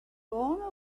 honor